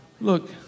look